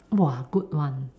!wah! good one